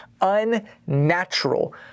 unnatural